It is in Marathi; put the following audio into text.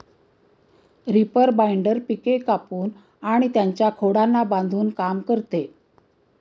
रीपर बाइंडर पिके कापून आणि त्यांच्या खोडांना बांधून काम करते